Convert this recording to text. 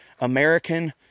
American